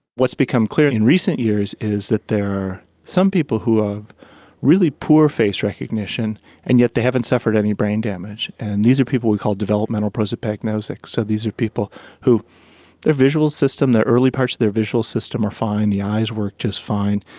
become clear in recent years is that there are some people who have really poor face recognition and yet they haven't suffered any brain damage, and these are people we call developmental prosopagnosic, so these are people who their visual system, the early parts of their visual system are fine, the eyes work just fine,